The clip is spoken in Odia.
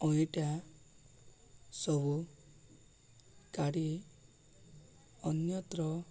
ଅଇଁଠା ସବୁ କାଢ଼ି ଅନ୍ୟତ୍ର